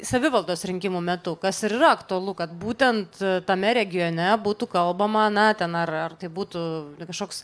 savivaldos rinkimų metu kas ir yra aktualu kad būtent tame regione būtų kalbama na ten ar ar tai būtų kažkoks